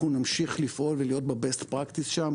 אנחנו נמשיך לפעול ולהיות בבסט פרקטיס שם,